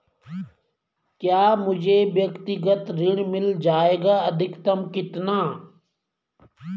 क्या मुझे व्यक्तिगत ऋण मिल जायेगा अधिकतम कितना?